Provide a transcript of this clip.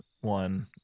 one